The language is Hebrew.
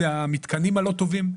זה המתקנים הלא טובים.